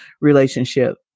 relationship